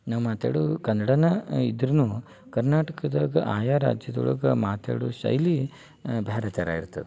ನಾವು ಮಾತಾಡು ಕನ್ನಡನ ಇದ್ದರೂನು ಕರ್ನಾಟಕದಾಗ ಆಯಾ ರಾಜ್ಯದೊಳಗೆ ಮಾತಾಡೋ ಶೈಲಿ ಬ್ಯಾರೆ ಥರ ಇರ್ತದೆ